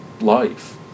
life